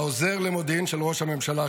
לעוזר למודיעין של ראש הממשלה,